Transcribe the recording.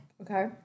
Okay